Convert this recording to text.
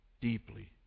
deeply